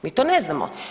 Mi to ne znamo.